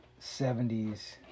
70s